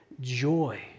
joy